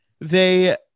they-